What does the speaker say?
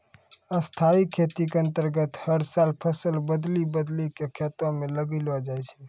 स्थाई खेती के अन्तर्गत हर साल फसल बदली बदली कॅ खेतों म लगैलो जाय छै